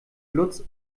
lutz